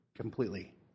completely